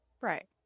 Right